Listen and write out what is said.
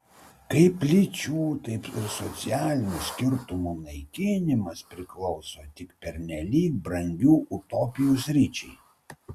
kaip lyčių taip ir socialinių skirtumų naikinimas priklauso tik pernelyg brangių utopijų sričiai